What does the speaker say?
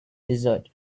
desert